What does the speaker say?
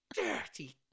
Dirty